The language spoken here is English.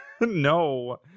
No